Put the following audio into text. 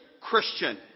Christian